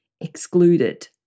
excluded